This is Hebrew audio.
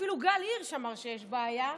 אפילו גל הירש אמר שיש בעיה,